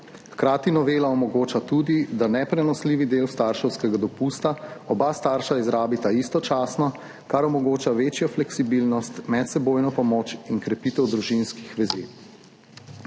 Hkrati novela omogoča tudi, da neprenosljivi del starševskega dopusta oba starša izrabita istočasno, kar omogoča večjo fleksibilnost, medsebojno pomoč in krepitev družinskih vezi.